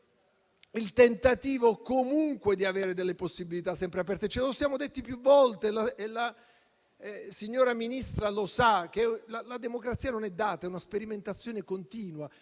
il tentativo di avere delle possibilità sempre aperte. Come ci siamo detti più volte e la signora Ministra sa, la democrazia non è data, è una sperimentazione continua.